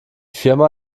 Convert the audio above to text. firma